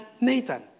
Nathan